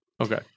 Okay